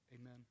Amen